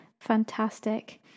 fantastic